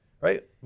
right